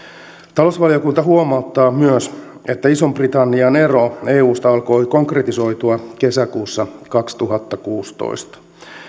talousvaliokunta huomauttaa myös että ison britannian ero eusta alkoi konkretisoitua kesäkuussa kaksituhattakuusitoista